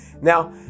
Now